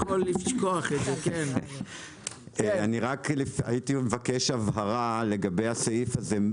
רק הייתי מבקש הבהרה לגבי הסעיף הזה,